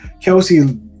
Kelsey